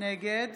נגד